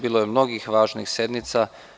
Bilo je mnogih važnih sednica.